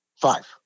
Five